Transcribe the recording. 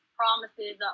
promises